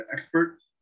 experts